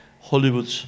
Hollywood